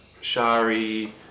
Shari